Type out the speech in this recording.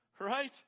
right